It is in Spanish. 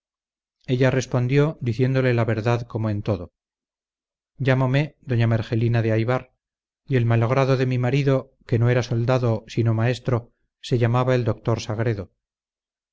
ella respondió diciéndole la verdad como en todo llámome doña mergelina de aybar y el malogrado de mi marido que no era soldado sino maestro se llamaba el doctor sagredo